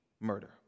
murder